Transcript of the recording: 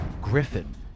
griffin